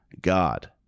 God